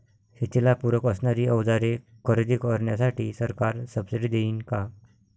शेतीला पूरक असणारी अवजारे खरेदी करण्यासाठी सरकार सब्सिडी देईन का?